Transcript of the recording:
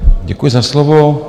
Děkuji za slovo.